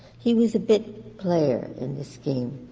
he was a bit player in the scheme.